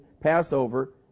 passover